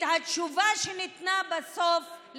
התשובה שניתנה בסוף,